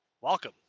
welcome